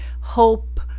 hope